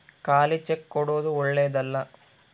ಖಾಲಿ ಚೆಕ್ ಕೊಡೊದು ಓಳ್ಳೆದಲ್ಲ